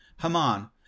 Haman